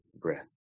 breath